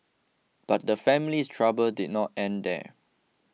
but the family's trouble did not end there